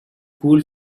cool